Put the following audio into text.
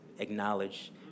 Acknowledge